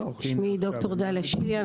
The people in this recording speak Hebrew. שמי ד"ר דליה שיליאן,